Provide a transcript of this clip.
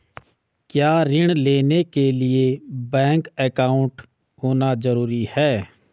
क्या ऋण लेने के लिए बैंक अकाउंट होना ज़रूरी है?